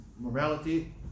morality